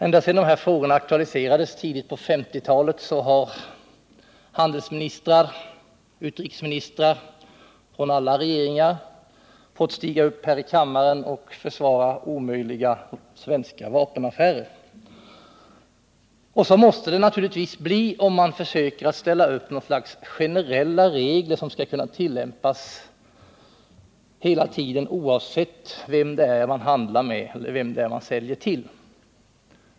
Ända sedan de här frågorna aktualiserades tidigt på 1950-talet har handelsmi nistrar och utrikesministrar från alla regeringar fått stiga upp här i kammaren - Nr 114 och försvara omöjliga svenska vapenaffärer. Så måste det naturligtvis bli om Onsdagen den man försöker ställa upp något slags generella regler, som skall kunna 28 mars 1979 tillämpas hela tiden, oavsett vem det är man säljer till.